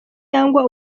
yaba